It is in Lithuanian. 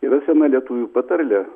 yra sena lietuvių patarlė